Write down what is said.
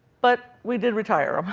but we did retire um